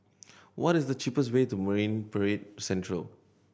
what is the cheapest way to Marine Parade Central